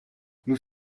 nous